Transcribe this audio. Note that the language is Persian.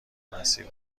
مسیر